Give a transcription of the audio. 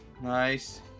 Nice